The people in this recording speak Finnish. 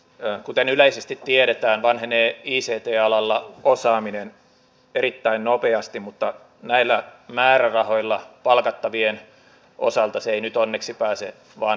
tää kuten yleisesti tiedetään vanhenee jii se ettei alalla osaaminen erittäin nopeasti mutta näillä määrärahoilla palkattavien osalta se ei nyt onneksi pääse vaan